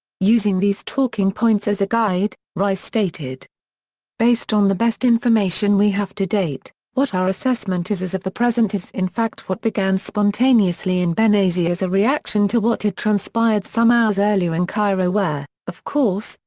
using these talking points as a guide, rice stated based on the best information we have to date, what our assessment is as of the present is in fact what began spontaneously in benghazi as a reaction to what had transpired some hours earlier in cairo where, of course,